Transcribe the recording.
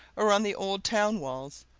or on the old town walls,